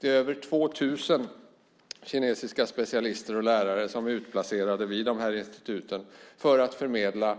Det är över 2 000 kinesiska specialister och lärare som är utplacerade vid de här instituten för att förmedla,